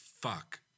fuck